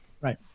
Right